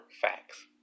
facts